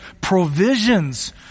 provisions